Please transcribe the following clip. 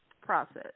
process